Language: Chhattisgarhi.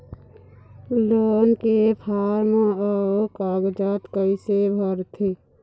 लोन के फार्म अऊ कागजात कइसे भरथें?